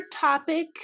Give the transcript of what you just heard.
topic